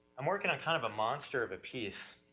i'm workin' on kind of a monster of a piece.